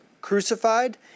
crucified